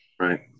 Right